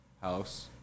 house